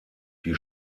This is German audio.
die